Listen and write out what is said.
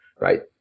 right